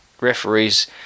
referees